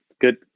Good